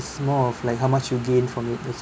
it's more of like how much you gain from it